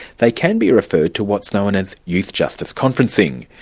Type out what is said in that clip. they can be referred to what's known as youth justice conferencing.